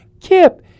Kip